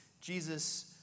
Jesus